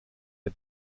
der